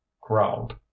growled